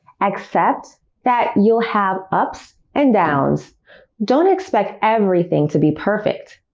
accept that you'll have ups and downs don't expect everything to be perfect